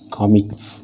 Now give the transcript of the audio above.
comics